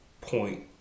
point